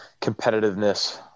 competitiveness